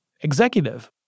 executive